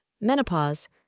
menopause